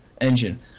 engine